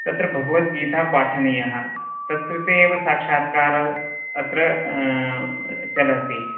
तत्र भगवग्दीता पाठनीयः तत्कृते एव साक्षात्कार अत्र चलति